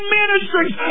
ministries